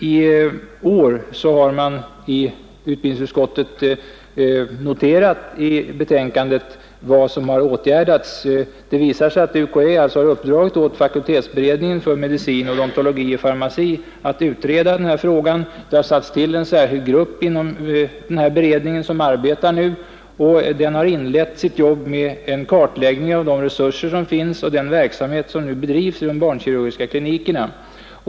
I år har utbildningsutskottet i betänkandet noterat vad som har åtgärdats. Det visar sig att UKÄ uppdragit åt fakultetsberedningen för medicin, odontologi och farmaci att utreda denna fråga. Inom beredningen har en särskild grupp tillsatts, och denna är nu under arbete. Den har inlett sitt arbete med en kartläggning av de resurser som finns och den verksamhet som nu bedrivs vid de barnkirurgiska klinikerna.